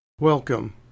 Welcome